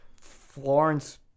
Florence